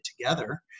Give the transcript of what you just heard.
together